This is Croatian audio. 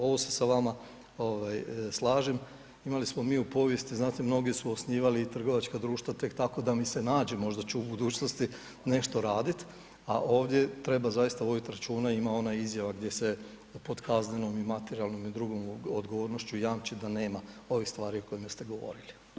Ovo se sa vama slažem, imali smo mi u povijesti, znate, mnogi su osnivali trgovačka društva tek tako da mi se nađe, možda ću u budućnosti nešto raditi, a ovdje treba zaista voditi računa, ima ona izjava gdje se pod kaznenom i materijalnom i drugom odgovornošću jamči da nema ovih stvari o kojima ste govorili.